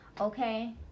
Okay